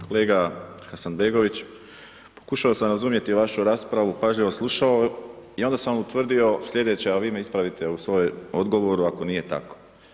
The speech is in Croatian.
Kolega Hasanbegović pokušao sam razumjeti vašu raspravu pažljivo slušao i onda sam utvrdio slijedeće, a vi me ispravite u svojem odgovoru ako nije tako.